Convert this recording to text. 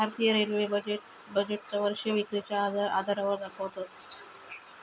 भारतीय रेल्वे बजेटका वर्षीय विक्रीच्या आधारावर दाखवतत